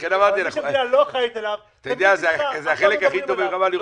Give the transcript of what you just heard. אבל מי שהמדינה לא אחראית עליו אף פעם לא מדברים עליו.